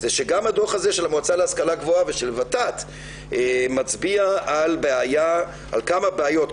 שגם הדוח הזה של המועצה להשכלה גבוהה ושל ות"ת מצביע על כמה בעיות,